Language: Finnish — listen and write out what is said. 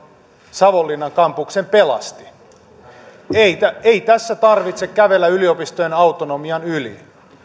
savonlinnan kampuksen pelasti ei tässä tarvitse kävellä yliopistojen autonomian yli